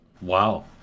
Wow